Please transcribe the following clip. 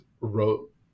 wrote